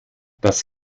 das